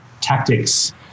tactics